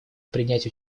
принять